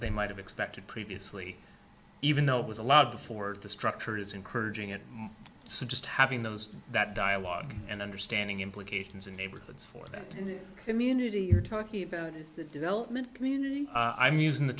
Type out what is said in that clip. they might have expected previously even though it was a lot before the structure is encouraging it so just having those that dialogue and understanding implications in neighborhoods for that community you're talking about is the development community i'm using the